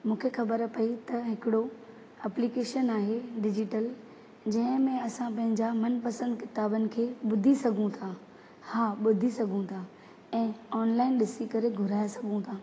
मूंखे ख़बर पई त हिकिड़ो अप्लीकेशन आहे डिजिटल जंहिं में असां पंहिंजो मनु पसंदि किताबनि खे ॿुधी सघूं था हा ॿुधी सघूं था ऐं ऑनलाइन ॾिसी करे घुराए सघूं था